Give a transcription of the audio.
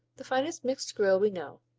the finest mixed grill we know,